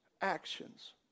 actions